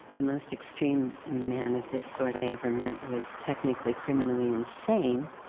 the most extreme man of this sort i ever met was technically criminally insane,